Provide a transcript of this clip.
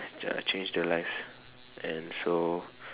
uh change their life and so